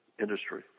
industry